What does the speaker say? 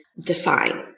define